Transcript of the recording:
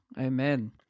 Amen